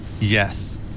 Yes